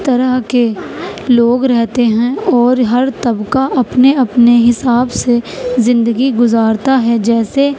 طرح کے لوگ رہتے ہیں اور ہر طبقہ اپنے اپنے حساب سے زندگی گزارتا ہے جیسے